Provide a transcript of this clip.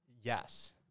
Yes